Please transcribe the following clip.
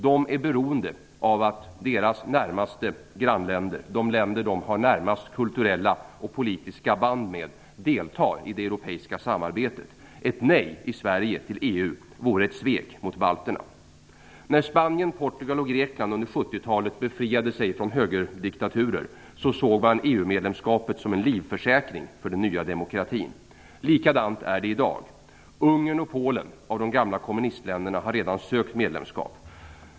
De är beroende av att deras närmaste grannländer, de länder de har närmast kulturella och politiska band med, deltar i det europeiska samarbetet. Ett nej i Sverige till EU vore ett svek mot balterna. När Spanien, Portugal och Grekland under 70-talet befriade sig från högerdiktaturer såg man EU medlemskapet som en livförsäkring för den nya demokratin. Likadant är det i dag. Av de gamla kommunistländerna har redan Ungern och Polen sökt medlemskap.